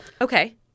Okay